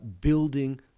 building